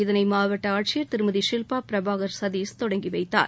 இதனை மாவட்ட ஆட்சியர் திருமதி ஷிவ்பாபிரபாகர் சதீஷ் தொடங்கிவைத்தார்